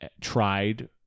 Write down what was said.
tried